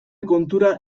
kontura